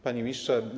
Panie Ministrze!